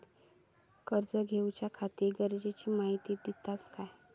कर्ज घेऊच्याखाती गरजेची माहिती दितात काय?